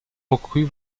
recrues